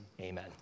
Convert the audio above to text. amen